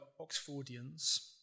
Oxfordians